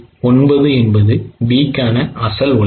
9 என்பது B க்கான அசல் உழைப்பு